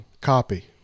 copy